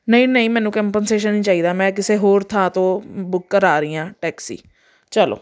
ਨਹੀਂ ਨਹੀਂ ਮੈਨੂੰ ਕੰਪਨਸੇਸ਼ਨ ਹੀ ਚਾਹੀਦਾ ਹੈ ਮੈਂ ਕਿਸੇ ਹੋਰ ਥਾਂ ਤੋਂ ਬੁੱਕ ਕਰਾ ਰਹੀ ਹਾਂ ਟੈਕਸੀ ਚਲੋ